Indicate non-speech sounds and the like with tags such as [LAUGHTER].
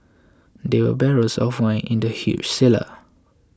[NOISE] there were barrels of wine in the huge cellar